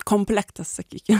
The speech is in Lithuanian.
komplektas sakykim